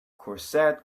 corset